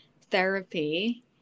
therapy